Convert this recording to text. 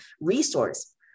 resource